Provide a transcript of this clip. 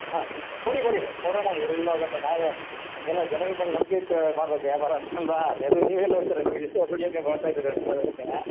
ಹಾಂ ಕೊಡಿ ಕೊಡಿ ಕೊಡಣ್ಣ ಎಲ್ಲೋಗುತ್ತೆ ನಾವು ಹಂಗೆಲ್ಲ ಜನಗಳ ಮೇಲೆ ನಂಬಿಕೆ ಇಟ್ಟು ಮಾಡ್ಬೇಕು ವ್ಯಾಪಾರನ ಅಲ್ಲವಾ ಅದೂ ನೀವು ಎಲ್ಲೋಗ್ತೀರ ನೀವೆಷ್ಟು ವರ್ಷಗಳಿಂದ ನೀವು ಬರ್ತಾ ಇದ್ದೀರ ನಮ್ಮಲ್ಲಿ ಅದಕ್ಕೇ